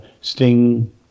Sting